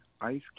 ice